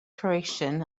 croatian